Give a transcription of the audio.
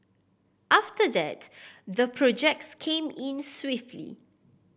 after that the projects came in swiftly